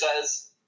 says